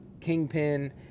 Kingpin